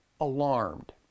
alarmed